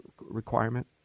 requirement